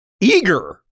eager